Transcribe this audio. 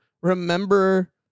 remember